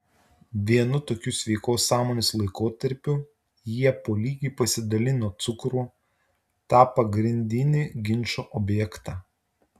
vienu tokiu sveikos sąmonės laikotarpiu jie po lygiai pasidalino cukrų tą pagrindinį ginčo objektą